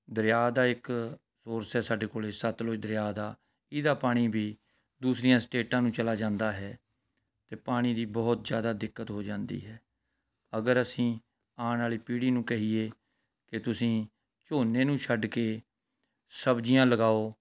ਦਰਿਆ ਦਾ ਇੱਕ ਸੌਰਸ ਹੈ ਸਾਡੇ ਕੋਲ ਸਤਲੁਜ ਦਰਿਆ ਦਾ ਇਹਦਾ ਪਾਣੀ ਵੀ ਦੂਸਰੀਆਂ ਸਟੇਟਾਂ ਨੂੰ ਚਲਾ ਜਾਂਦਾ ਹੈ ਅਤੇ ਪਾਣੀ ਦੀ ਬਹੁਤ ਜ਼ਿਆਦਾ ਦਿੱਕਤ ਹੋ ਜਾਂਦੀ ਹੈ ਅਗਰ ਅਸੀਂ ਆਉਣ ਵਾਲੀ ਪੀੜ੍ਹੀ ਨੂੰ ਕਹੀਏ ਕਿ ਤੁਸੀ ਝੋਨੇ ਨੂੰ ਛੱਡ ਕੇ ਸਬਜ਼ੀਆਂ ਲਗਾਓ